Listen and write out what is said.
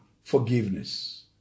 forgiveness